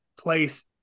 place